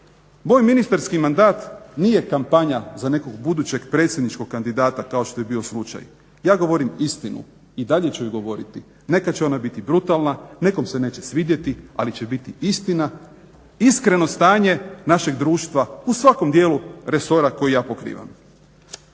Moj ministarski mandat nije kampanja za nekog budućeg predsjedničkog kandidata kao što je bio slučaj, ja govorim istinu i dalje ću je govoriti. Nekad će ona biti brutalna, nekom se neće svidjeti, ali će biti istina, iskreno stanje našeg društva u svakom dijelu resora koji ja pokrivam.